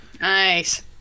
Nice